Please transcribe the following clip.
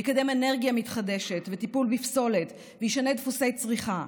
יקדם אנרגיה מתחדשת וטיפול בפסולת וישנה דפוסי צריכה.